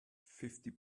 fifty